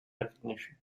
recognition